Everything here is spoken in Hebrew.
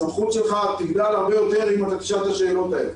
הסמכות שלך תגדל הרבה יותר אם תשאל את השאלות האלה.